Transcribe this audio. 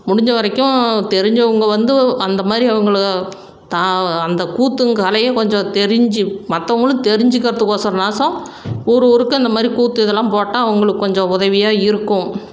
முடிஞ்சவரைக்கும் தெரிஞ்சவங்க வந்து அந்தமாதிரி அவங்கள தா அந்த கூத்தும் கலையும் கொஞ்சம் தெரிஞ்சு மற்றவங்களும் தெரிஞ்சுக்கிறதுக்கு ஓசரம் நாச்சும் ஊர் ஊருக்கு இந்தமாதிரி கூத்து இதெலாம் போட்டால் அவங்களுக்கு கொஞ்சம் உதவியாக இருக்கும்